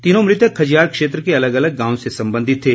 तीनों मृतक खजियार क्षेत्र के अलग अलग गांवों से संबंधित थे